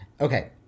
okay